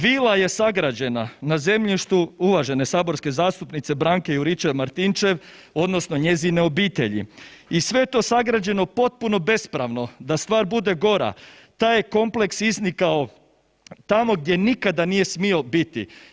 Vila je sagrađena na zemljištu, uvažene saborske zastupnice Branke Juričev Martinčev odnosno njezine obitelji. i sve je to sagrađeno potpuno bespravno, da stvar bude gora, taj je kompleks iznikao tamo gdje nikada nije smio biti.